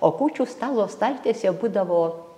o kūčių stalo staltiesė būdavo